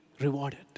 rewarded